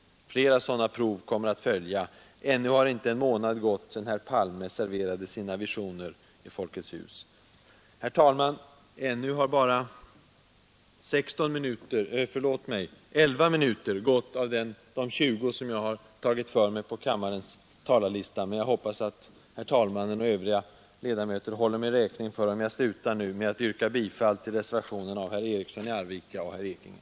Flera sådana prov kommer att följa. Ännu har inte en månad gått sedan herr Palme serverade sina visioner i Folkets hus. Herr talman! Av de 20 minuter som jag har antecknat mig för på kammarens talarlista har nu bara 11 minuter gått, men jag hoppas att herr talmannen och övriga ledamöter har överseende med att jag slutar nu med att yrka bifall till reservationen av herr Eriksson i Arvika och herr Ekinge.